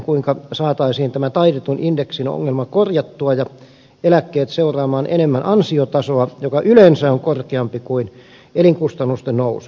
kuinka saataisiin tämä taitetun indeksin ongelma korjattua ja eläkkeet seuraamaan enemmän ansiotasoa joka yleensä on korkeampi kuin elinkustannusten nousu